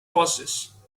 horses